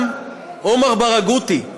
גם עומר ברגותי.